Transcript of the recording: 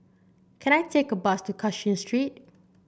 can I take a bus to Cashin Street